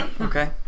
okay